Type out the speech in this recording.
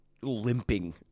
limping